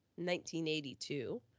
1982